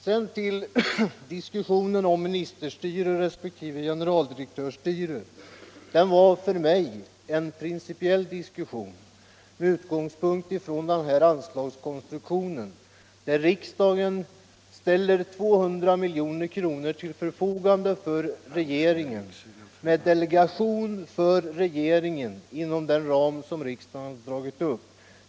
Vad beträffar diskussionen om ministerstyre resp. generaldirektörsstyre vill jag säga, att den för mig var en principiell diskussion med utgångspunkt i anslagskonstruktionen. Riksdagen ställer 200 milj.kr. till förfogande för regeringen med delegation till denna inom den ram som riksdagen har dragit upp.